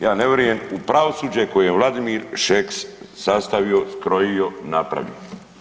Ja ne vjerujem u pravosuđe koje je Vladimir Šeks sastavio, skrojio, napravio.